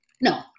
No